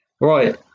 Right